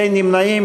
אין נמנעים.